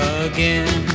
again